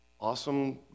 awesome